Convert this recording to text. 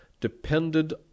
depended